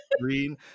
green